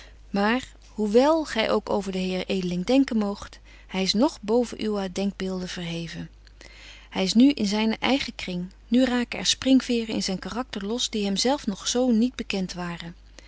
maar hoe wel gy ook over den heer edeling denken moogt hy is nog bobetje wolff en aagje deken historie van mejuffrouw sara burgerhart ven uwe denkbeelden verheven hy is nu in zynen eigen kring nu raken er springveren in zyn karakter los die hem zelf nog zo niet bekent waren